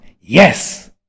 Yes